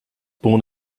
born